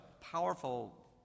powerful